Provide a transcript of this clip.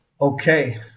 Okay